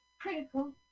critical